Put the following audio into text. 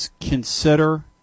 consider